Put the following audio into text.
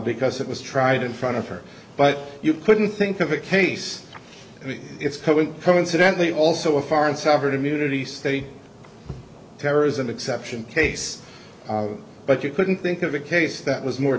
because it was tried in front of her but you couldn't think of a case i mean it's coming coincidentally also a foreign sovereign immunity state terrorism exception case but you couldn't think of a case that was more